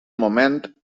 moment